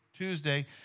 Tuesday